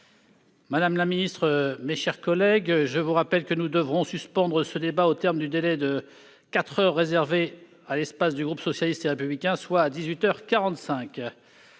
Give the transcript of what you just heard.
Madame la secrétaire d'État, mes chers collègues, je vous rappelle que nous devrons suspendre ce débat au terme du délai de quatre heures réservé à l'espace du groupe socialiste et républicain, soit à